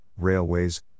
railways